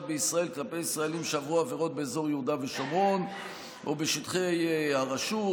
בישראל כלפי ישראלים שעברו עבירות באזור יהודה ושומרון או בשטחי הרשות,